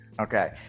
Okay